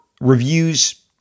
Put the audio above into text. reviews